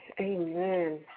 Amen